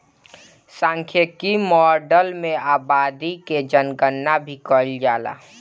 सांख्यिकी माडल में आबादी कअ जनगणना भी कईल जाला